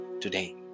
today